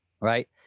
right